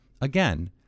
again